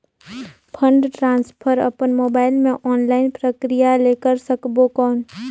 Fund transfer अपन mobile मे online प्रक्रिया ले कर सकबो कौन?